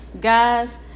guys